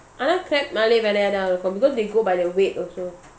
crab because they go by the weight also